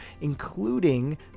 including